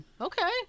Okay